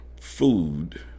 food